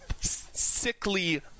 sickly